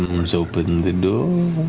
um golems open the door.